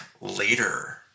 later